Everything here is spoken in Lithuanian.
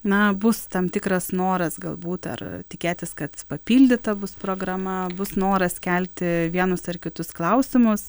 na bus tam tikras noras galbūt ar tikėtis kad papildyta bus programa bus noras kelti vienus ar kitus klausimus